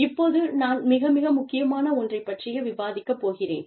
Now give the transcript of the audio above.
இப்போது நான் மிக மிக முக்கியமான ஒன்றைப் பற்றிய விவாதிக்கப் போகிறேன்